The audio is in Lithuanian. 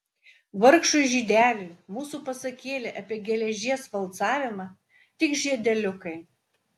vargšui žydeliui mūsų pasakėlė apie geležies valcavimą tik žiedeliukai